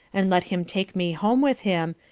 and let him take me home with him,